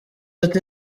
ati